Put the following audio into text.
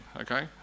okay